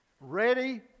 ready